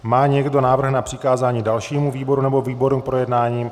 Má někdo návrh na přikázání dalšímu výboru nebo výborům k projednání?